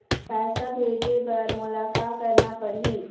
पैसा भेजे बर मोला का करना पड़ही?